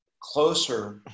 closer